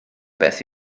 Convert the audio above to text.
beth